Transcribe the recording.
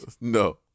No